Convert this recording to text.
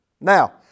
Now